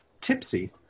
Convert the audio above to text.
tipsy